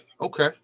okay